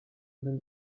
even